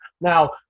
Now